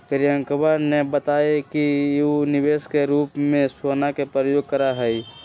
प्रियंकवा ने बतल कई कि ऊ निवेश के रूप में सोना के प्रयोग करा हई